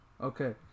Okay